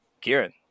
Kieran